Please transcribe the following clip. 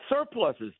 surpluses